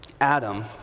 Adam